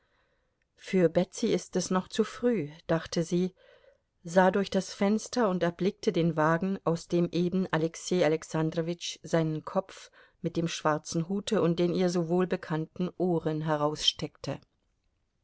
für betsy ist es noch zu früh dachte sie sah durch das fenster und erblickte den wagen aus dem eben alexei alexandrowitsch seinen kopf mit dem schwarzen hute und den ihr so wohlbekannten ohren